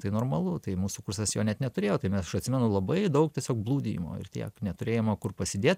tai normalu tai mūsų kursas jo net neturėjo tai mes aš atsimenu labai daug tiesiog blūdijimo ir tiek neturėjimo kur pasidėt